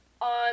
on